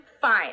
fine